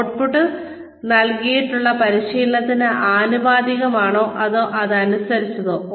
output നൽകിയിട്ടുള്ള പരിശീലനത്തിന് ആനുപാതികമാണോ അതോ അതിനനുസരിച്ചാണോ